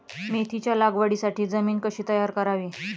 मेथीच्या लागवडीसाठी जमीन कशी तयार करावी?